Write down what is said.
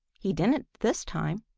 he didn't this time.